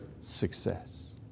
success